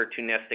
opportunistic